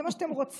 זה מה שאתם רוצים.